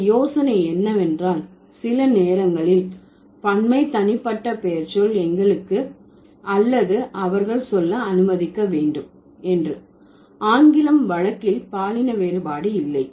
இங்கே யோசனை என்னவென்றால் சில நேரங்களில் பன்மை தனிப்பட்ட பெயர்ச்சொல் எங்களுக்கு அல்லது அவர்கள் சொல்ல அனுமதிக்க வேண்டும் என்று ஆங்கிலம் வழக்கில் பாலின வேறுபாடு இல்லை